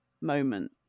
moment